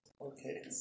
Okay